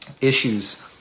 issues